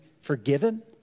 forgiven